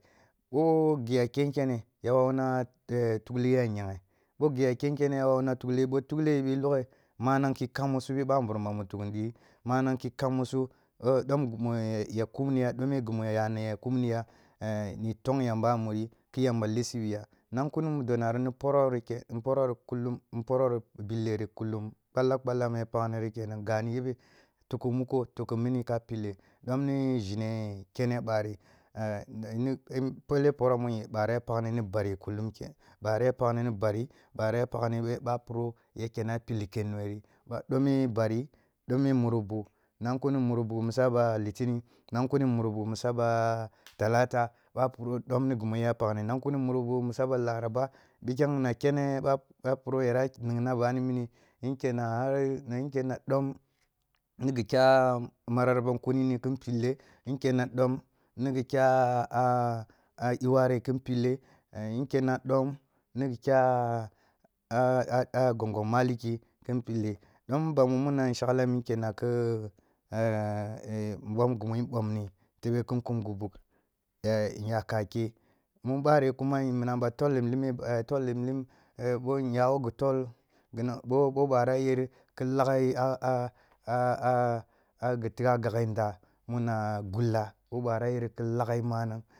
Ɓo ghi ya kenkene ya wawuna tukliya a nyeghe, ъo ghi ya kenkene un wawuna tukle yi, bo e loghe, manang ki kham musu bi bamburum mu tukliniyi, manang ki kham musu dom ghi mu ya kumni ya, dome ghi mu yane kumniya i thong yamba a muri, khi yamba lissiniya, nong kuno mudo nari ni porori kenan, ni porori kullum, ni porori, kenan, ni porori kullum, ni porori pilleri kulum, ъalla, ъalla mu yara paghni kanan, ga ni yhebe tukkhu muko tukkhu minni ka pille, dom ni zhine kene barhi bhele poro mu barhi ya paghri ni bari kulum kenan, barhi ya paghni ni bari, barhi ya bo a puro yake na pillike nhorhi n ani bari, dommi murubu, nong kuni murubu misa ba litini, nong kuni murubu misa ba talata bha a puro dam ghi mu ya paghni, nong kuni muruba misa ba laraba pikhem nang kene ъo ъo a puro ya ra ningna bani mini kin kenna a har nang kunna dom ni ghi kyah mararraban kunini kin pille nkenna dom ni ghi kyah iware kin pille nkenna dom ni ghi kya a gongonmaliki kin pillo, dom bamu mun nnama nshakhlam nkenna khi nbom ghi mu nbomni tebe khin kum gubugh eh nyaka keh, mu ъari kuma yhin menang ъa tol limlime, tol limlime ъo iyawo ghi tol ghi nan bo bwarah yare ki lagh yi a ghi tigha ghagheh nda muna gulla, bo pwarah yare ki laghi manang.